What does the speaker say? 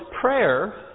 Prayer